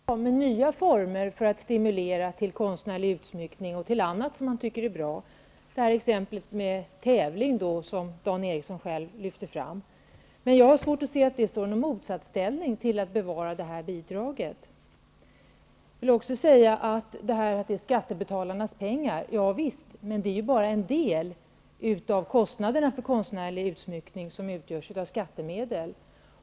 Herr talman! Till Dan Eriksson i Stockholm vill jag säga att det är naturligtvis bra med nya former för att stimulera till konstnärlig utsmyckning och till annat som man tycker är värdefullt -- jag nämner gärna exemplet med en tävling, som Dan Eriksson själv lyfte fram. Men jag har svårt att se att detta står i någon motsatsställning till att bibehålla det aktuella bidraget. Låt mig också säga att visst är det skattebetalarnas pengar som används. Men det är ju bara en del av kostnaderna för konstnärlig utsmyckning som bestrids genom skattemedel.